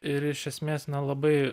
ir iš esmės nelabai